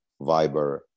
Viber